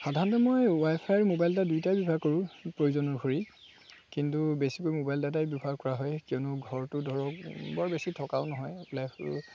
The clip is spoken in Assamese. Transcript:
সাধাৰণতে মই ৱাই ফাই মোবাইল ডাটা দুয়োটাই ব্যৱহাৰ কৰোঁ প্ৰয়োজন অনুসৰি কিন্তু বেছিকৈ মোবাইল ডাটাই ব্যৱহাৰ কৰা হয় কিয়নো ঘৰতো ধৰক বৰ বেছি থকাও নহয় ওলাই আহোঁ